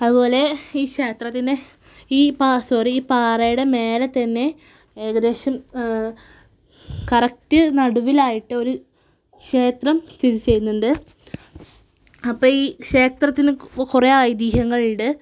അതുപോലെ ഈ ക്ഷേത്രത്തിനെ ഈ സോറി ഈ പാറയുടെ മേലെ തന്നെ ഏകദേശം കറക്റ്റ് നടുവിലായിട്ട് ഒരു ക്ഷേത്രം സ്ഥിതി ചെയ്യുന്നുണ്ട് അപ്പോൾ ഈ ക്ഷേത്രത്തിന് കുറേ ഐതീഹ്യങ്ങളുണ്ട്